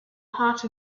heart